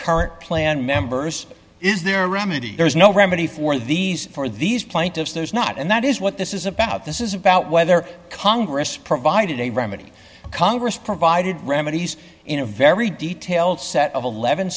current plan members is there a remedy there is no remedy for these for these plaintiffs there's not and that is what this is about this is about whether congress provided a remedy congress provided remedies in a very detailed set of eleven